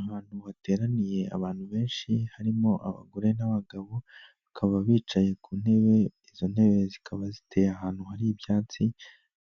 Ahantu hateraniye abantu benshi harimo abagore n'abagabo, bakaba bicaye ku ntebe izo ntebe zikaba ziteye ahantu hari ibyatsi